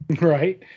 right